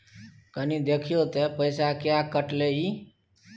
कनी देखियौ त पैसा किये कटले इ?